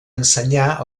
ensenyar